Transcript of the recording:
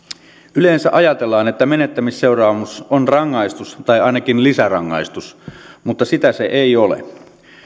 yleensä ajatellaan että menettämisseuraamus on rangaistus tai ainakin lisärangaistus mutta sitä se ei ole